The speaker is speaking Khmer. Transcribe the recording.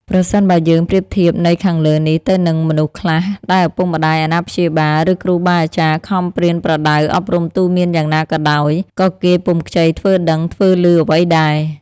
ប្រសិនបើយើងប្រៀបធៀបន័យខាងលើនេះទៅនឹងមនុស្សខ្លះ ដែលឳពុកម្តាយ អាណាព្យាបាល ឬគ្រូបាអាចារ្យខំប្រៀនប្រដៅអប់រំទូន្មានយ៉ាងណាក៏ដោយ ក៏គេពុំខ្ចីធ្វើដឹង ធ្វើឮអ្វីដែរ។